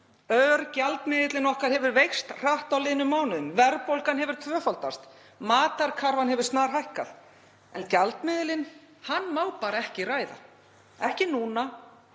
örgjaldmiðillinn okkar hefur veikst hratt á liðnum mánuðum. Verðbólgan hefur tvöfaldast. Matarkarfan hækkað. En gjaldmiðilinn, hann má ekki ræða. Ekki núna